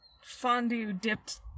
fondue-dipped